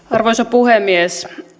arvoisa puhemies